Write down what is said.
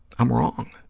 i'm wrong.